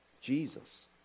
Jesus